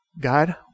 God